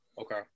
Okay